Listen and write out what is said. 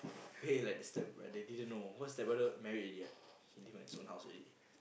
k like the stepbrother didn't know cause stepbrother married already he live on his house already